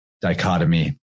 dichotomy